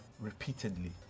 repeatedly